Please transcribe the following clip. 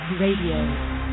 Radio